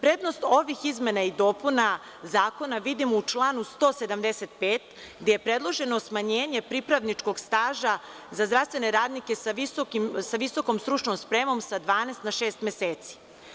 Prednost ovih izmena i dopuna zakona vidimo u članu 175. gde je predloženo smanjenje pripravničkog staža za zdravstvene radnike sa visokom stručnom spremom sa 12 na 6 meseci.